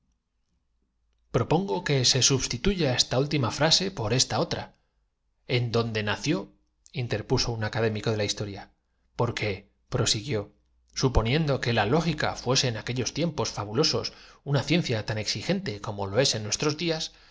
propongo que se substituya esa última frase por cuantas pudiera de las diferentes comisiones que se le esta otra en dónde nació interpuso un académico confiaban dió por concluido el acto de la historia porqueprosiguiósuponiendo que la no había llegado aún á la puerta cuando el prefecto lógica fuese en aquellos tiempos fabulosos una ciencia de policía apeándose de su carruaje penetró en el tan exigente como lo es en nuestros días